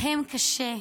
להם קשה,